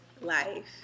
life